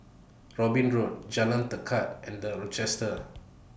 Robin Road Jalan Tekad and The Rochester